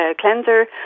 cleanser